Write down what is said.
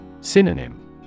Synonym